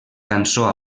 cançó